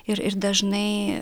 ir ir dažnai